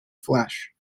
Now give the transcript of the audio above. flesh